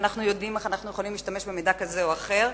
ואנחנו יודעים איך אנחנו יכולים להשתמש במידע כזה או אחר,